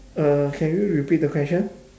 uh can you repeat the question